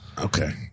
Okay